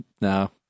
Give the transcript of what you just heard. no